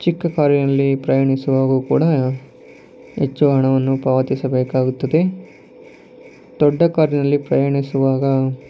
ಚಿಕ್ಕ ಕಾರಿನಲ್ಲಿ ಪ್ರಯಾಣಿಸುವಾಗೂ ಕೂಡ ಹೆಚ್ಚು ಹಣವನ್ನು ಪಾವತಿಸಬೇಕಾಗುತ್ತದೆ ದೊಡ್ಡ ಕಾರಿನಲ್ಲಿ ಪ್ರಯಾಣಿಸುವಾಗ